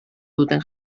duten